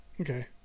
Okay